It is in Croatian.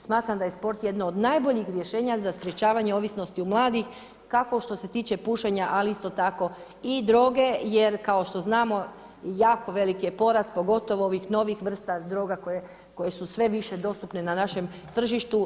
Smatram da je sport jedno od najboljih rješenja za sprečavanje ovisnosti u mladih kako što se tiče pušenja ali isto tako i droge jer kao što znamo jako veliki je porast, pogotovo ovih novih vrsta droga koje su sve više dostupne na našem tržištu.